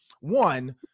One